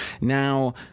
Now